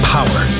Power